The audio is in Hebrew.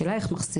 השאלה איך מחזירים.